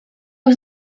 was